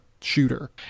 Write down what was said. shooter